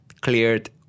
cleared